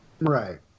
Right